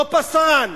"No Passaran",